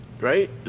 right